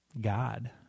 God